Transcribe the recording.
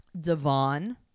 Devon